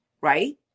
right